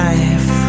Life